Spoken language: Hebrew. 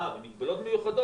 אז ענו "מגבלות מיוחדות?